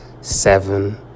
seven